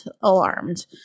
alarmed